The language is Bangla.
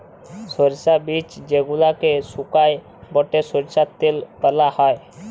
সরষার বীজ যেগলাকে সুকাই বাঁটে সরষার তেল বালাল হ্যয়